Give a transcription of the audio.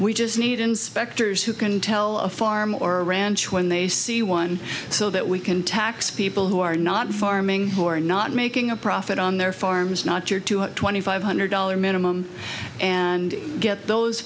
we just need inspectors who can tell a farm or ranch when they see one so that we can tax people who are not farming who are not making a profit on their farms not your two hundred twenty five hundred dollar minimum and get those